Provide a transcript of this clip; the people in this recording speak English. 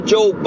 Joe